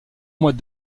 mois